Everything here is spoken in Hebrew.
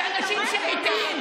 יש אנשים שמתים.